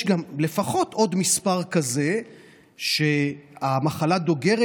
יש לפחות עוד מספר כזה שהמחלה דוגרת